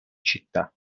città